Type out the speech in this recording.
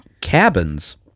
cabins